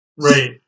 Right